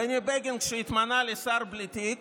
בני בגין, כשהתמנה לשר בלי תיק